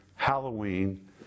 Halloween